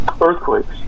earthquakes